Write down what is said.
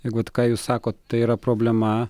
jeigut ką jūs sakote tai yra problema